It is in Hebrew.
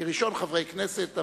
כראשון חברי הכנסת.